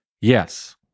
Yes